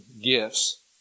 gifts